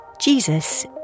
Jesus